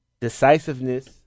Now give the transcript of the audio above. decisiveness